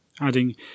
adding